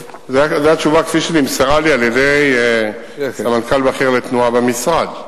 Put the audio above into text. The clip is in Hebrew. זו התשובה כפי שנמסרה לי על-ידי סמנכ"ל בכיר לתנועה במשרד.